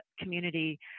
community